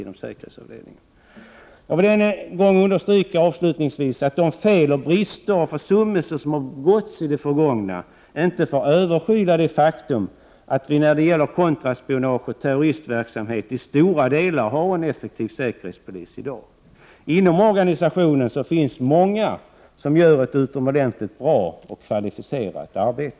Jag vill avslutningsvis än en gång understryka att de fel, brister och försummelser som förekommit i det förgångna inte får överskyla det faktum att vi när det gäller kontraspionage och terroristverksamhet i dag till stora delar har en effektiv säkerhetspolis. Inom organisationen finns många som gör ett utomordentligt bra och kvalificerat arbete.